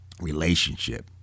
relationship